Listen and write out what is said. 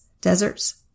deserts